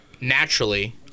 naturally